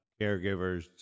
caregivers